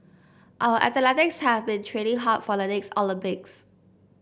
our have been training hard for the next Olympics